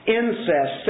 incest